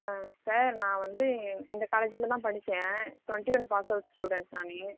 sir நான் வந்து இந்த காலேஜியில் தான் படித்தேன் twenty one passed out student நான்